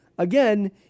Again